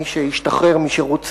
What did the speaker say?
מי שהשתחרר משירות צבאי,